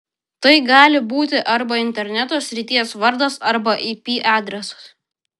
tai gali būti arba interneto srities vardas arba ip adresas